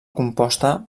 composta